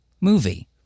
movie